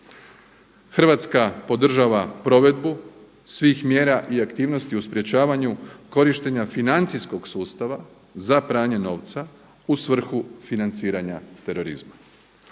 Hrvatska podržava provedbu svih mjera i aktivnosti u sprječavanju korištenja financijskog sustava za pranje novca u svrhu financiranja terorizma.